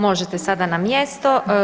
Možete sada na mjesto.